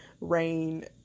rain